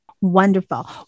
Wonderful